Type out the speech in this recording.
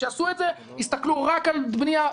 כשעשו את זה הסתכלו רק על בנייה,